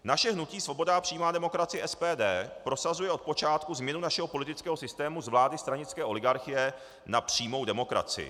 Naše hnutí Svoboda a přímá demokracie, SPD, prosazuje od počátku změnu našeho politického systému z vlády stranické oligarchie na přímou demokracii.